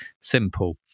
simple